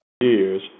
years